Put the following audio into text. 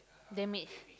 damage